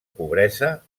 pobresa